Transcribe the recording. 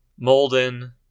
Molden